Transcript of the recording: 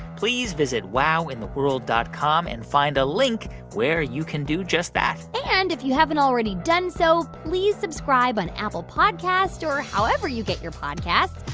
please visit wowintheworld dot com and find a link where you can do just that and if you haven't already done so, please subscribe on apple podcasts or however you get your podcasts.